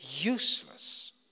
useless